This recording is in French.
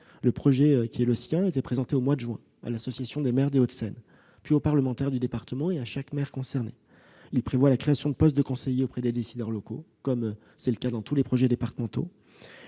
Le projet a été présenté au mois de juin dernier à l'Association des maires des Hauts-de-Seine, puis aux parlementaires du département et à chaque maire concerné. Il prévoit la création de postes de conseillers auprès des décideurs locaux, comme c'est le cas dans tous les projets départementaux.